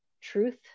truth